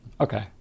Okay